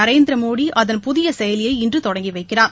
நரேந்திரமோடி அதன் புதிய செயலியை இன்று தொடங்கி வைக்கிறார்